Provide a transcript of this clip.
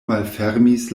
malfermis